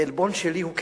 העלבון שלי הוא כישראלי.